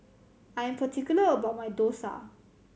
I am particular about my dosa